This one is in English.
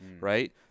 right